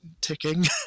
ticking